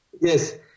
Yes